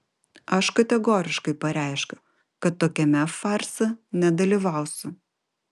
aš kategoriškai pareiškiu kad tokiame farse nedalyvausiu